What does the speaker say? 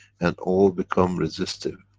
and all become resistive.